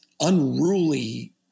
unruly